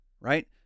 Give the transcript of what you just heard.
right